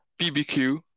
BBQ